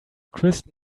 kristen